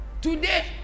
Today